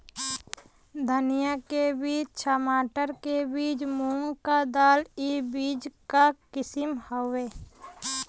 धनिया के बीज, छमाटर के बीज, मूंग क दाल ई बीज क किसिम हउवे